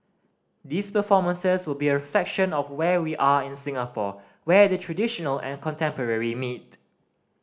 these performances will be a reflection of where we are in Singapore where the traditional and contemporary meet